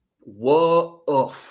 Whoa